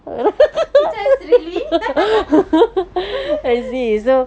means really